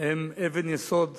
הם אבן יסוד